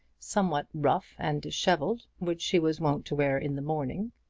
somewhat rough and dishevelled, which she was wont to wear in the morning.